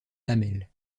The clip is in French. hamel